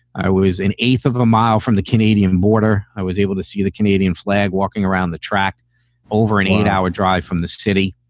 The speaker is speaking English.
i was an eighth of a mile from the canadian border. i was able to see the canadian flag walking around the track over an eight hour drive from the city.